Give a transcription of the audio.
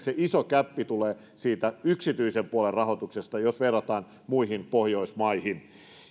se iso gäppi tulee yksityisen puolen rahoituksesta jos verrataan muihin pohjoismaihin